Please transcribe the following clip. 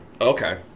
Okay